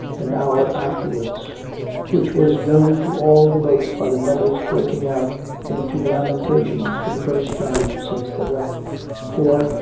an hour afterwards which was known to all in the boat by the mother's breaking out into lamentations for the first time since the wreck for,